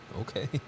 Okay